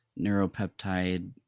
neuropeptide